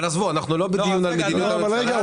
אבל אנחנו לא בדיון על מדיניות הממשלה.